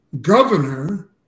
governor